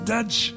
Dutch